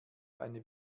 eine